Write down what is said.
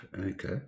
Okay